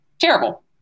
terrible